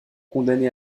condamnés